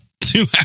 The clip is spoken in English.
Two